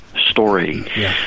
story